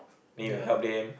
then you help them